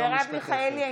(קוראת בשמות חברי הכנסת) מרב מיכאלי,